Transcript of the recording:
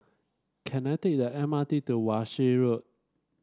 can I take the M R T to Wan Shih Road